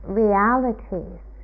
realities